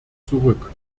zurück